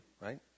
right